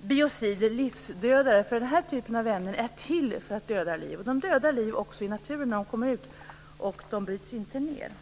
biocider, livsdödare. Den här typen av ämnen är till för att döda liv. De dödar liv också i naturen när de kommer ut. De bryts inte ned.